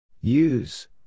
Use